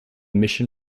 mission